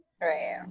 Right